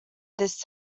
this